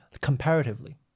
Comparatively